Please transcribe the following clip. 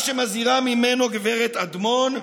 מה שמזהירים גברת אדמון,